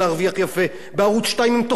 עם תוכניות עם רייטינג מאוד גבוה.